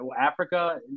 Africa